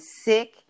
sick